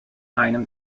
einem